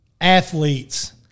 athletes